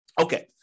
Okay